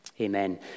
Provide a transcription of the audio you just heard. Amen